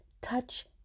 touch